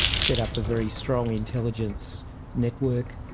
set up a very strong intelligence network.